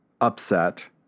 upset